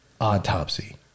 autopsy